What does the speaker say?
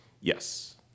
yes